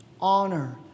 honor